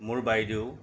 মোৰ বাইদেউ